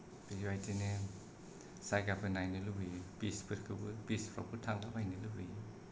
बेबायदिनो जायगाफोर नायनो लुबैयो बिच फोरखौबो बिचफोरावबो थांलाबायनो लुबैयो